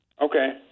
Okay